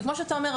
וכמו שאתה אומר,